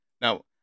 Now